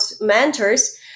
mentors